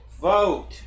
vote